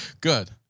Good